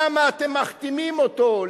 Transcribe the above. למה אתם מכתימים אותו?